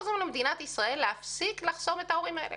איך עוזרים למדינת ישראל להפסיק לחסום את ההורים האלה